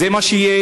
וזה מה שיהיה,